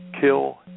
kill